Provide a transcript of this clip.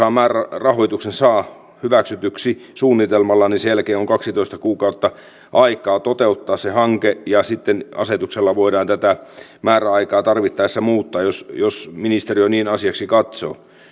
rahoituksen saa hyväksytyksi suunnitelmalla sen jälkeen on kaksitoista kuukautta aikaa toteuttaa se hanke ja sitten asetuksella voidaan tätä määräaikaa tarvittaessa muuttaa jos jos ministeriö niin asiaksi katsoo